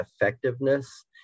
effectiveness